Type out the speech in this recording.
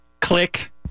Click